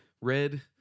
red